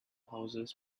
houses